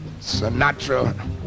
Sinatra